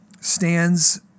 stands